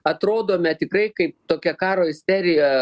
atrodome tikrai kaip tokia karo isteriją